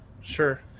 Sure